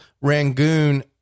Rangoon